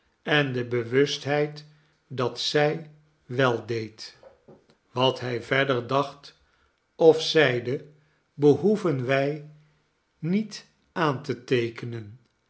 en de bewustheid dat zij weldeed wat hij verder dacht of zeide behoeven wij niet aan te teekenen